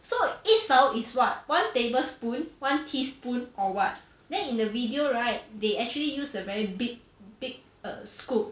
so 一勺 is what one tablespoon one teaspoon or what then in the video right they actually use the very big big err scoop